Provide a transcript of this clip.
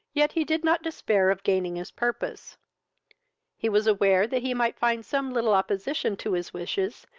yet he did not despair of gaining his purpose he was aware that he might find some little opposition to his wishes,